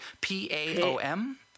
P-A-O-M